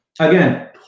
Again